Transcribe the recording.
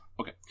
Okay